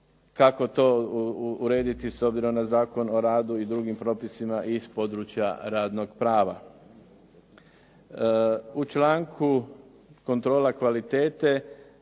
kako to urediti s obzirom na Zakon o radu i drugim propisima iz područja radnog prava. U članku kontrola kvalitete